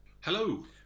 Hello